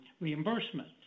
reimbursement